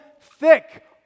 thick